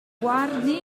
guardi